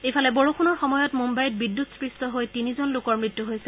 ইফালে বৰষুণৰ সময়ত মুম্বাইত বিদ্যুৎস্পৃষ্ট হৈ তিনিজন লোকৰ মৃত্যু হয়